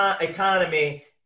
Economy –